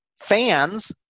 fans